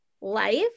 life